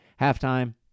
halftime